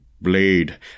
Blade